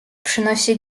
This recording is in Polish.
przynosi